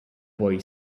boy